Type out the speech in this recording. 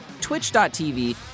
twitch.tv